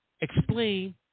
explain